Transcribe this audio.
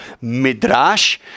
Midrash